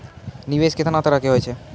निवेश केतना तरह के होय छै?